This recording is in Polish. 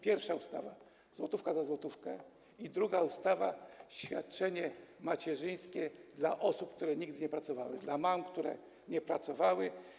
Pierwsza ustawa: złotówka za złotówkę i druga ustawa: świadczenie macierzyńskie dla osób, które nigdy nie pracowały, dla mam, które nie pracowały.